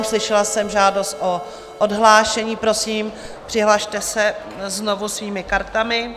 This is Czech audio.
Slyšela jsem žádost o odhlášení, prosím, přihlaste se znovu svými kartami.